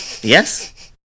Yes